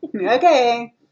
Okay